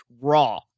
raw